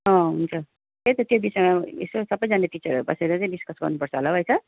अँ हुन्छ त्यही त त्यो विषयमा यसो सबैजना टिचरहरू बसेर चाहिँ डिस्कस गर्नुपर्छ होला है सर